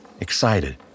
excited